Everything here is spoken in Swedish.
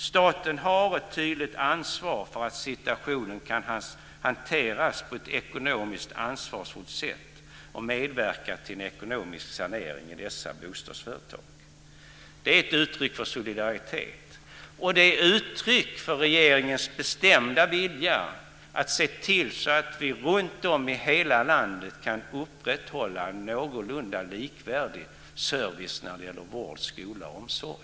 Staten har ett tydligt ansvar för att situationen hanteras på ett ekonomiskt ansvarsfullt sätt och för att medverka till en ekonomisk sanering i dessa bostadsföretag. Det är ett uttryck för solidaritet, och det är ett uttryck för regeringens bestämda vilja att se till att vi runtom i landet kan upprätthålla någorlunda likvärdig service när det gäller vård, skola och omsorg.